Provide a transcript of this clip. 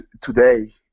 today